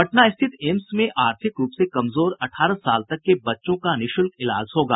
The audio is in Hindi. पटना स्थित एम्स में आर्थिक रूप से कमजोर अठारह साल तक के बच्चों का निःशुल्क इलाज होगा